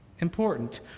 important